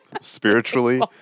spiritually